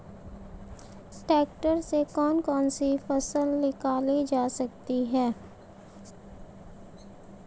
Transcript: Tractor से कौन कौनसी फसल निकाली जा सकती हैं?